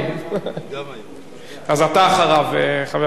אז אתה אחריו, חבר הכנסת מג'אדלה.